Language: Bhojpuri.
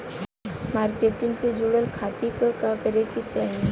मार्केट से जुड़े खाती का करे के चाही?